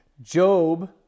Job